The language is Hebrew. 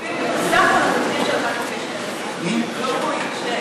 נוסף על התקציב של 1 חלקי 12. ברור לי,